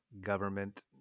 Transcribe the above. government